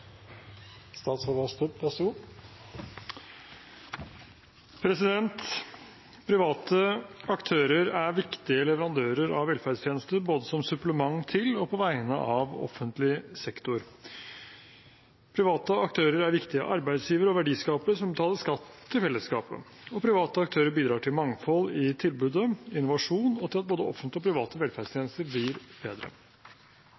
viktige leverandører av velferdstjenester – både som supplement til og på vegne av offentlig sektor. Private aktører er viktige arbeidsgivere og verdiskapere som betaler skatt til fellesskapet. Private aktører bidrar til mangfold i tilbudet, til innovasjon og til at både offentlige og private